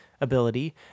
ability